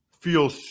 feel